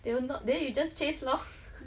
they will not then you just change loh